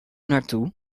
naartoe